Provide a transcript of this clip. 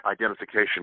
Identification